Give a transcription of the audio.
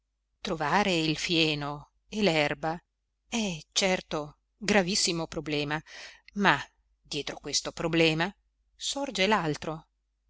trovare il fieno e l'erba è certo gravissimo problema ma dietro questo problema sorge